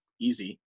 easy